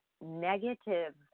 negative